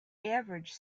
average